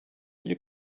you